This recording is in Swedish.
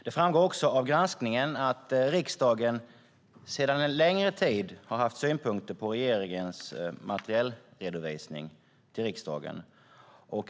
Det framgår också av granskningen att riksdagen sedan en längre tid har haft synpunkter på regeringens materielredovisning till riksdagen.